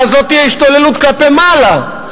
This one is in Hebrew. ואז לא תהיה השתוללות כלפי מעלה,